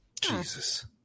Jesus